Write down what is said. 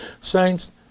Saints